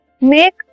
Make